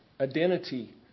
identity